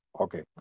Okay